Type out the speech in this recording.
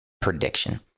prediction